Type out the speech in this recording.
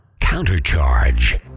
Countercharge